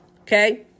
Okay